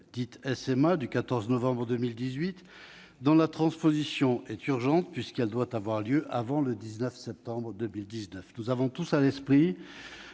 dite SMA, du 14 novembre 2018, dont la transposition est urgente puisqu'elle doit avoir lieu avant le 19 septembre 2020. Nous avons tous à l'esprit